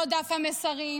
לא דף המסרים,